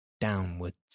downwards